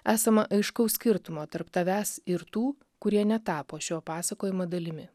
esama aiškaus skirtumo tarp tavęs ir tų kurie netapo šio pasakojimo dalimi